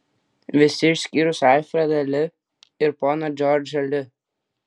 visi išskyrus alfredą li ir poną džordžą li